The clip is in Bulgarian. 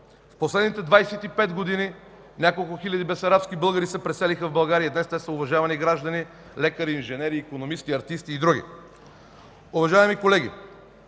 В последните 25 години няколко хиляди бесарабски българи се преселиха в България и днес са уважавани граждани, лекари, инженери, икономисти, артисти и други. Уважаеми колеги,